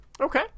Okay